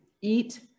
eat